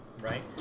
right